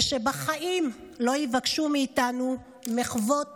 ושבחיים לא יבקשו מאיתנו מחוות